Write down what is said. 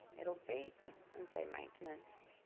it'll beep and say maintenance.